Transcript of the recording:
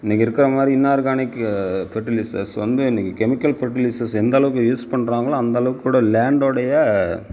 இன்றைக்கு இருக்கிற மாதிரி இன்ஆர்கானிக்கு ஃபெர்டிலிசர்ஸ் வந்து இன்றைக்கு கெமிக்கல் ஃபெர்டிலிசர்ஸ் எந்த அளவுக்கு யூஸ் பண்ணுறாங்களோ அந்த அளவுக்கூட லேண்டோடைய